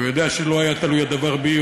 הוא יודע שלו היה הדבר תלוי בי,